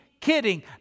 kidding